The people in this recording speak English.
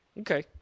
Okay